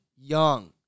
young